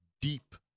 deep